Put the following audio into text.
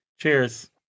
Cheers